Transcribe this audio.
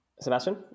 Sebastian